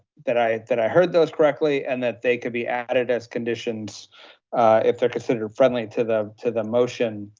that i that i heard those correctly and that they could be added as conditions if they're considered friendly to the to the motion.